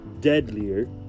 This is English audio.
deadlier